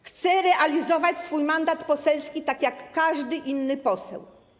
Chcę realizować swój mandat poselski tak jak każdy inny poseł.